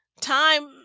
time